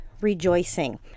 rejoicing